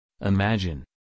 imagine